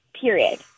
period